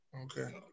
Okay